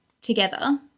together